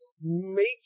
Make